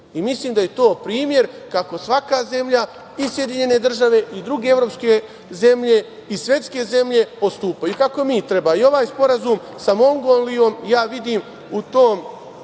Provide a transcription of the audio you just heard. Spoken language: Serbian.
Mislim da je to primer kako svaka zemlja i SAD i druge evropske zemlje i svetske zemlje postupaju i kako mi treba. Ovaj sporazum sa Mongolijom ja vidim u tom